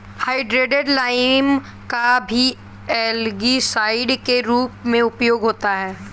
hydrated lime का भी algicide के रूप में उपयोग होता है